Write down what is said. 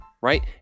right